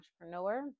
entrepreneur